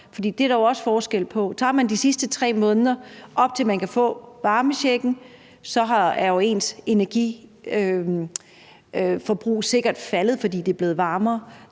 der jo også forskel på. Tager man de sidste 3 måneder, op til man kan få varmechecken, så er ens energiforbrug sikkert faldet, fordi det er blevet varmere.